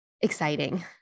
exciting